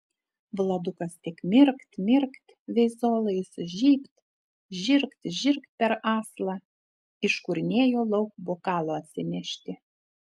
vladukas tik mirkt mirkt veizolais žybt žirgt žirgt per aslą iškurnėjo lauk bokalo atsinešti